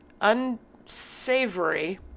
unsavory